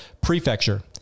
prefecture